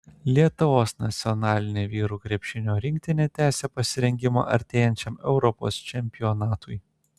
lietuvos nacionalinė vyrų krepšinio rinktinė tęsią pasirengimą artėjančiam europos čempionatui